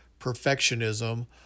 perfectionism